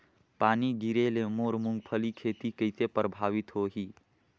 पानी गिरे ले मोर मुंगफली खेती कइसे प्रभावित होही?